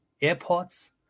airports